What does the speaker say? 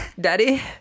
daddy